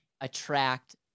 attract